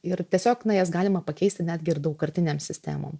ir tiesiog na jas galima pakeisti netgi ir daugkartinėm sistemom